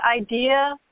idea